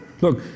Look